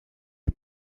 est